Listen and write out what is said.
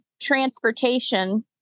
transportation